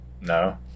No